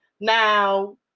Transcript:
Now